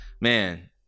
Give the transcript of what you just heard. man